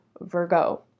Virgo